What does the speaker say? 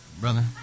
brother